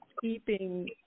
keeping